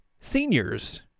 Seniors